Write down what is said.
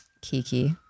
Kiki